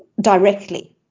directly